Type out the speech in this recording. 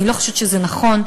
אני לא חושבת שזה נכון,